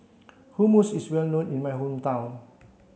hummus is well known in my hometown